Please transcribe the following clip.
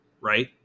right